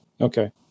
Okay